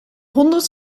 honderd